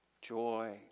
joy